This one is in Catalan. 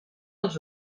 als